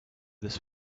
this